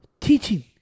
Teaching